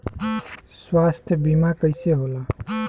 स्वास्थ्य बीमा कईसे होला?